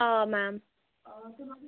آ میم